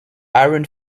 iron